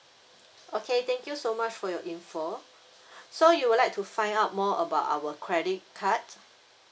okay thank you so much for your info so you would like to find out more about our credit card